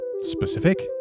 specific